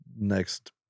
next